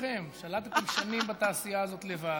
שלטתם שנים בתעשייה הזאת לבד.